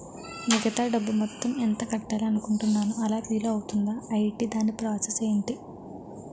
మిగతా డబ్బు మొత్తం ఎంత కట్టాలి అనుకుంటున్నాను అలా వీలు అవ్తుంధా? ఐటీ దాని ప్రాసెస్ ఎంటి?